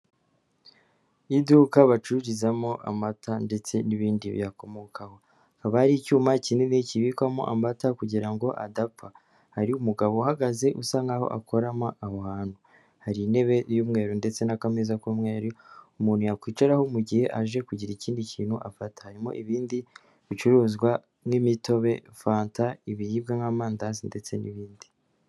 Iduka bacururizamo amata ndetse n’ibindi biyakomokaho haba ari icyuma kinini kibikwamo amata kugira ngo adapfa. Hari umugabo uhagaze, usa nkaho akorera aho hantu. Hari intebe y’umweru ndetse na kamezaza y’umweru umuntu yakwicaraho mu gihe aje kugira ikindi kintu afate. Harimo ibindi bicuruzwa nk’imitobe, Fanta, ibiribwa nk’amandazi, ndetse n’ibindi.